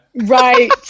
Right